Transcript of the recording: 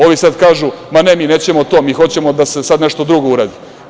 Ovi sad kažu – ma ne, mi nećemo to, mi hoćemo da se sad nešto drugo uradi.